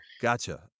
Gotcha